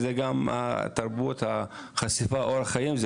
אלא בעיקר התרבות ואורח החיים,